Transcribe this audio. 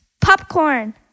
Popcorn